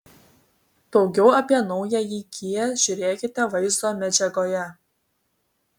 daugiau apie naująjį kia žiūrėkite vaizdo medžiagoje